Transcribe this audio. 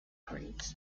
grades